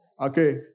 Okay